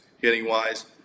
hitting-wise